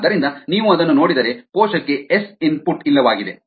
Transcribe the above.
ಆದ್ದರಿಂದ ನೀವು ಅದನ್ನು ನೋಡಿದರೆ ಕೋಶಕ್ಕೆ ಎಸ್ ಇನ್ಪುಟ್ ಇಲ್ಲವಾಗಿದೆ